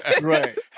Right